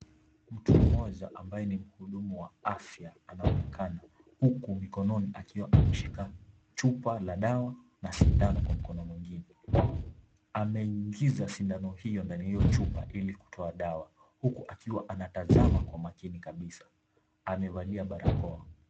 Mtu mmoja ambaye ni mhudumu wa afya, anaonekana. Huku mikononi akiwa ameshika chupa la dawa na sindano kwa mkono mwingine. Ameingiza sindano hiyo ndani ya hiyo chupa ili kutoa dawa, huku akiwa anatazama kwa makini kabisa. Amevalia barakoa.